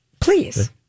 please